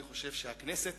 אני חושב שהכנסת,